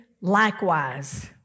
likewise